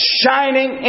shining